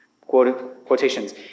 Quotations